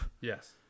yes